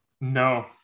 no